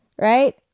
right